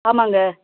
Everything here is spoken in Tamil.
ஆமாங்க